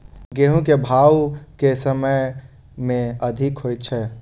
गेंहूँ केँ भाउ केँ समय मे अधिक होइ छै?